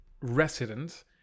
resident